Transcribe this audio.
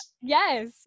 Yes